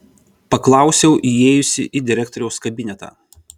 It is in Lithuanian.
paklausiau įėjusi į direktoriaus kabinetą